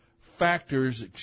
factors